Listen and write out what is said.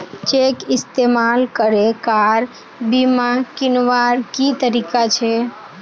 Cheque इस्तेमाल करे car बीमा कीन्वार की तरीका छे?